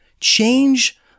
Change